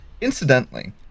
Incidentally